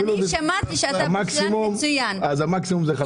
המקסימום זאת חביתה.